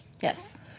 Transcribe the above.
yes